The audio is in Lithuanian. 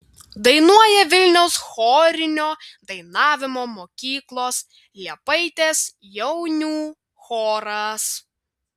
dainuoja vilniaus chorinio dainavimo mokyklos liepaitės jaunių choras